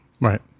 Right